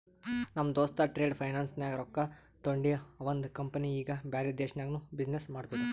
ನಮ್ ದೋಸ್ತ trade finance ನಾಗ್ ರೊಕ್ಕಾ ತೊಂಡಿ ಅವಂದ ಕಂಪನಿ ಈಗ ಬ್ಯಾರೆ ದೇಶನಾಗ್ನು ಬಿಸಿನ್ನೆಸ್ ಮಾಡ್ತುದ